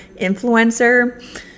influencer